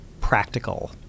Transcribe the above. practical